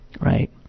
right